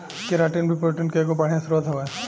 keratin भी protein के एगो बढ़िया स्रोत हवे